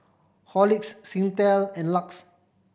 Horlicks Singtel and LUX